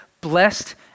blessed